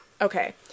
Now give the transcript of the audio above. Okay